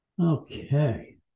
Okay